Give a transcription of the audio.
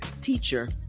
teacher